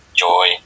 Joy